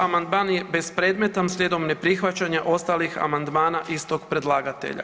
Amandman je bespredmetan slijedom neprihvaćanja ostalih amandmana istog predlagaelja.